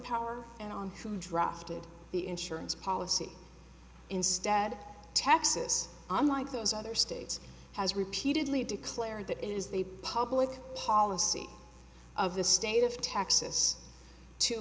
power and on who drafted the insurance policy instead texas unlike those other states has repeatedly declared that it is the public policy of the state of texas to